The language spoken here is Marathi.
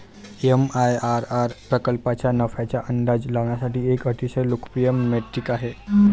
एम.आय.आर.आर प्रकल्पाच्या नफ्याचा अंदाज लावण्यासाठी एक अतिशय लोकप्रिय मेट्रिक आहे